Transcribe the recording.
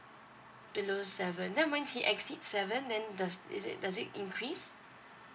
below seven then when he exceed seven then does is it does it increase